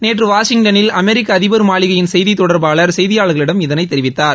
நேற்று வாஷிங்டளில் அமெரிக்க அதிபர் மாளிகையின் செய்தித் தொடர்பாளர் செய்தியாளர்களிடம் இதனைத் தெரிவித்தார்